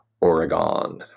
Oregon